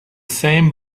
same